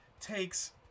takes